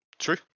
true